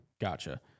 gotcha